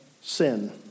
sin